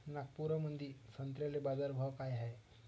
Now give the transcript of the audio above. नागपुरामंदी संत्र्याले बाजारभाव काय हाय?